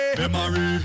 memory